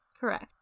correct